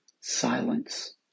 silence